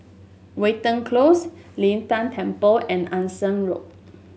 Watten Close Lin Tan Temple and Anson Road